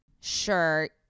sure